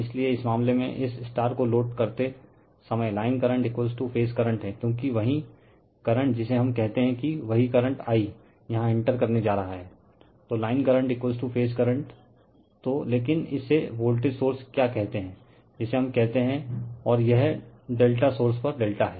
इसलिए इस मामले में इस को लोड करते समयलाइन करंट फेज़ करंट हैं क्योकि वही करंट जिसे हम कहते हैं वही करंट i यहाँ इंटर करने जा रहा हैं तो लाइन करंट फेज करंट तो लेकिन इसे वोल्टेज सोर्स क्या कहते हैं जिसे हम कहते हैं और यह ∆ सोर्स पर ∆ है